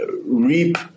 reap